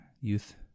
youth